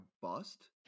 bust